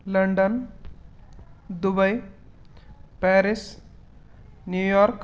London Dubai Paris New York